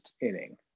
inning